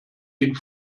ihn